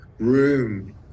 Room